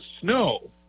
snow